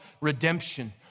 redemption